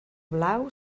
blau